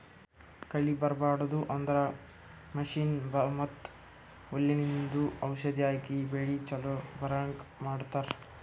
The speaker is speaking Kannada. ಕಳಿ ಬರ್ಬಾಡದು ಅಂದ್ರ ಮಷೀನ್ ಮತ್ತ್ ಹುಲ್ಲಿಂದು ಔಷಧ್ ಹಾಕಿ ಬೆಳಿ ಚೊಲೋ ಬರಹಂಗ್ ಮಾಡತ್ತರ್